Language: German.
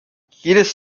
jedes